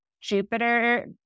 Jupiter